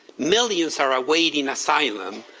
millions are awaiting asylum,